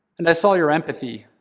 and i saw your empathy,